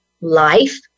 life